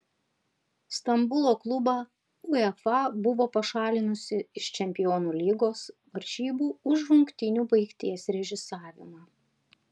stambulo klubą uefa buvo pašalinusi iš čempionų lygos varžybų už rungtynių baigties režisavimą